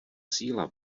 síla